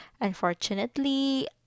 unfortunately